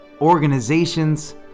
Organizations